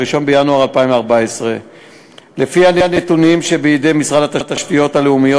1 בינואר 2014. לפי הנתונים שבידי משרד התשתיות הלאומיות,